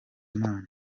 imana